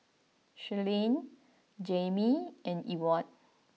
Shirleyann Jaimie and Ewart